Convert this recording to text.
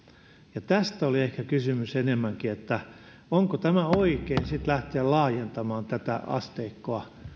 ja tästä oli ehkä kysymys enemmänkin onko tämä oikein sitten lähteä laajentamaan tätä asteikkoa